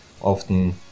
often